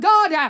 God